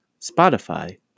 Spotify